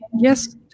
yes